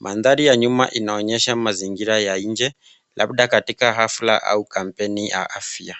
Mandhari ya nyuma inaonyesha mazingira ya nje, labda katika hafla au kampeni ya afya.